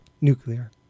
Nuclear